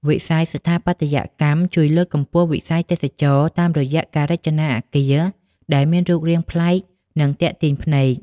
វិស័យស្ថាបត្យកម្មជួយលើកកម្ពស់វិស័យទេសចរណ៍ តាមរយៈការរចនាអគារដែលមានរូបរាងប្លែក និងទាក់ទាញភ្នែក។